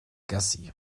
gassi